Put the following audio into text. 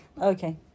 Okay